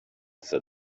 said